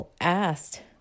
asked